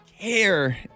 care